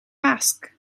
ask